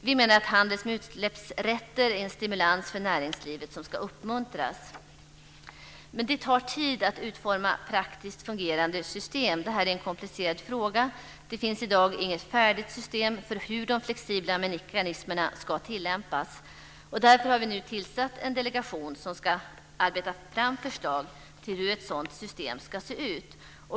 Vi menar att handeln med utsläppsrätter är en stimulans för näringslivet som ska uppmuntras. Men det tar tid att utforma praktiskt fungerande system. Det här är en komplicerad fråga. Det finns i dag inget färdigt system för hur de flexibla mekanismerna ska tillämpas. Därför har vi nu tillsatt en delegation som ska arbeta fram förslag till hur ett sådant system ska se ut.